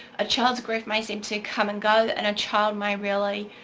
a child's grief may seem to come and go and a child may really